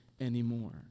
anymore